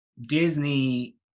Disney